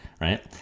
right